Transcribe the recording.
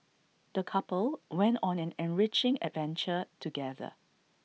the couple went on an enriching adventure together